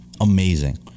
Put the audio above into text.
amazing